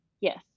Yes